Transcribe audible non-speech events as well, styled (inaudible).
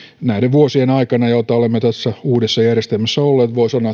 näiden vuosien aikana jotka olemme tässä uudessa järjestelmässä olleet voi sanoa (unintelligible)